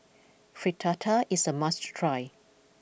Fritada is a must try